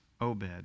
Obed